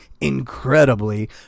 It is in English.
incredibly